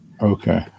Okay